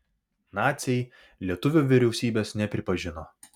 naciai lietuvių vyriausybės nepripažino